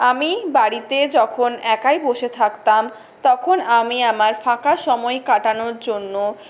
আমি বাড়িতে যখন একাই বসে থাকতাম তখন আমি আমার ফাঁকা সময় কাটানোর জন্য